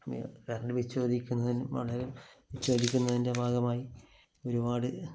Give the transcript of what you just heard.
പിന്നെ കറണ്ട് വിച്ഛേദിക്കുന്നതിന് വളരെ വിച്ഛേദിക്കുന്നതിൻ്റെ ഭാഗമായി ഒരുപാട്